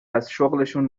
ازشغلشون